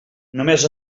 només